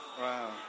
Wow